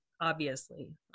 obviously-